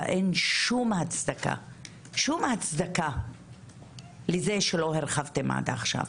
ואין שום הצדקה לזה שלא הרחבתם עד עכשיו.